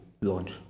launch